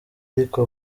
ariko